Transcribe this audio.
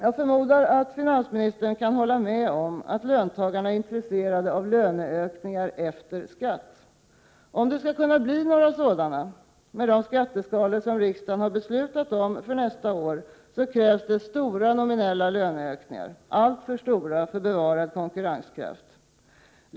Jag förmodar att finansministern kan hålla med om att löntagarna är intresserade av löneökningar efter skatt. Om det skall kunna bli några sådana med de skatteskalor som riksdagen har beslutat om för nästa år, krävs det stora nominella löneökningar, alltför stora för bevarad konkurrenskraft.